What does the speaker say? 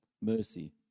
mercy